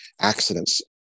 accidents